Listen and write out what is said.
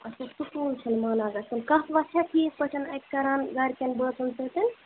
اچھا سکول چھِنہِ مانان گژھُن کَتھ وَتھ چھےٚ ٹھیٖک پٲٹھۍ اَتہِ کران گرِکٮ۪ن بٲژن سۭتۍ